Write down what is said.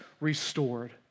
restored